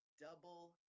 double